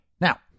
Now